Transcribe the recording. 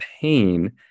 pain